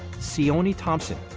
sione thompson,